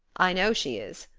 i know she is,